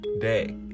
day